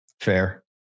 Fair